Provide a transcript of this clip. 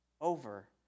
over